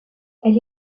elle